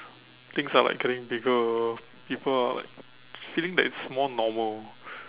things are like getting bigger people are like feeling that it's more normal